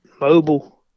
mobile